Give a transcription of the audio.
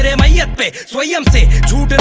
and maiyat pe swayam se jhoot